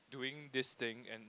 doing this thing and